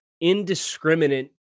indiscriminate